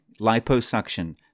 liposuction